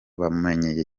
bamumenyeye